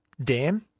dam